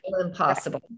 impossible